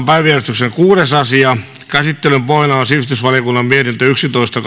päiväjärjestyksen kuudes asia käsittelyn pohjana on sivistysvaliokunnan mietintö yksitoista